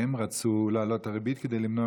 כי הם רצו להעלות את הריבית כדי למנוע